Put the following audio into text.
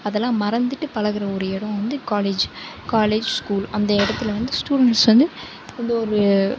அதெலாம் மறந்துவிட்டு பழகிற ஒரு இடம் வந்து காலேஜ் காலேஜ் ஸ்கூல் அந்த இடத்துல வந்து ஸ்டூடண்ட்ஸ் எந்த ஒரு